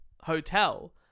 hotel